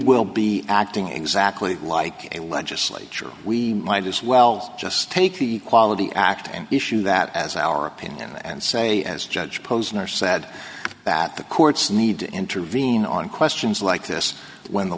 will be acting exactly like a legislature we might as well just take the quality act and issue that as our opinion and say as judge posner said that the courts need to intervene on questions like this when the